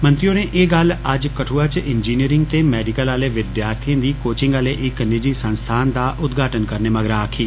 मंत्री होरें ए गल्ल अज्ज कठ्आ च इंजीनिरिंग ते मैडिकल आहले विद्यार्थिएं दी कोचिंग आहले इक निजी संस्थान दा उदघाटन करने मगरां आक्खी